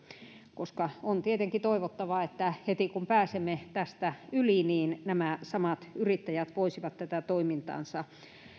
koska on tietenkin toivottavaa että heti kun pääsemme tästä yli nämä samat yrittäjät voisivat tätä toimintaansa